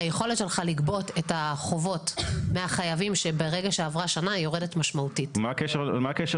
היכולת שלך לגבות את החובות מהחייבים יורדת משמעותית לאחר